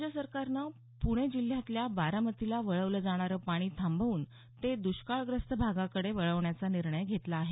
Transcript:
राज्य सरकारनं पूणे जिल्ह्यातील बारामतीला वळवलं जाणारं पाणी थांबवून ते द्ष्काळग्रस्त भागाकडे वळवण्याचा निर्णय घेतला आहे